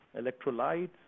electrolytes